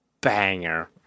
banger